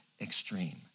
extreme